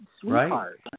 sweetheart